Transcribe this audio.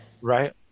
Right